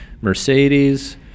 Mercedes